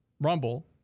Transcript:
Rumble